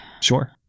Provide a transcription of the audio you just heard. Sure